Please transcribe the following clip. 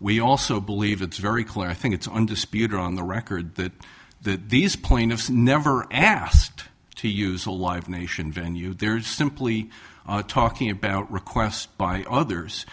we also believe it's very clear i think it's undisputed on the record that that these plaintiffs never asked to use a live nation venue there is simply talking about requests by others